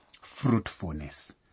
fruitfulness